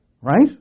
Right